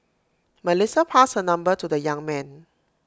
Melissa passed her number to the young man